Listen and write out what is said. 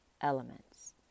elements